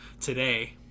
today